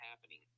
happening